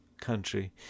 country